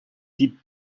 dites